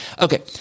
Okay